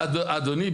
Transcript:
אדוני,